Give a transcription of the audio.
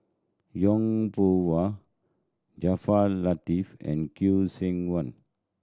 Yong Pung How Jaafar Latiff and Khoo Seok Wan